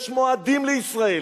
יש מועדים לישראל,